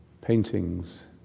paintings